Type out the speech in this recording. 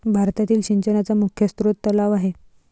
भारतातील सिंचनाचा मुख्य स्रोत तलाव आहे